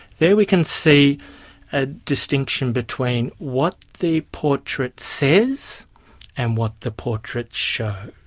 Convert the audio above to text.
there we can see a distinction between what the portrait says and what the portrait shows.